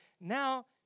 Now